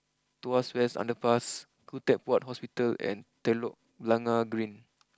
Tuas West Underpass Khoo Teck Puat Hospital and Telok Blangah Green